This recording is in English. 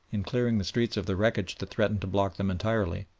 in clearing the streets of the wreckage that threatened to block them entirely,